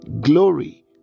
glory